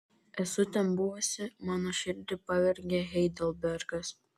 esu ten buvusi mano širdį pavergė heidelbergas